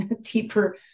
deeper